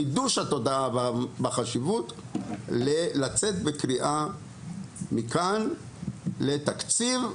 חידוש התודעה בדבר החשיבות יש לצאת מכאן בקריאה לתקציב,